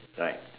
like